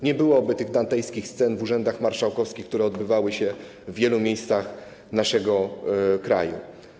Nie byłoby tych dantejskich scen w urzędach marszałkowskich, które były w wielu miejscach naszego kraju.